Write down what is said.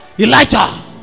Elijah